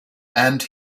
and